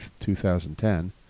2010